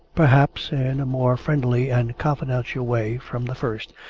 perhaps, in a more friendly and confidential way from the first,